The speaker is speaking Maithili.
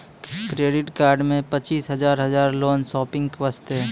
क्रेडिट कार्ड मे पचीस हजार हजार लोन शॉपिंग वस्ते?